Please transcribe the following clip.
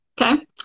Okay